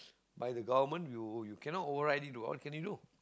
by the government you you cannot override it right what can you do